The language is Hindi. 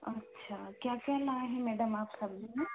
अच्छा क्या क्या लाए हैं मेडम आप सब्ज़ी में